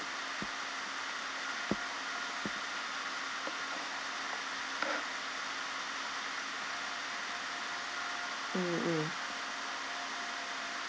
mm mm